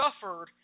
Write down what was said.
suffered